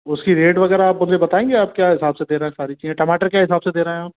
उसका रेट वगैरह आप मुझे बताएँगे आप क्या हिसाब से दे रहें हैं सारी चीज़ें टमाटर क्या हिसाब से दे रहें हैं आप